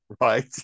Right